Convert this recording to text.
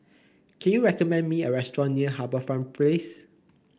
can you recommend me a restaurant near HarbourFront Place